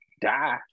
die